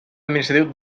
administratiu